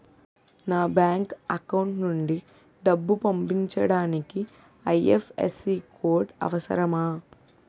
నా bank account నుంచి డబ్బు పంపించడానికి ఐ.ఎఫ్.ఎస్.సి కోడ్ అవసరమా?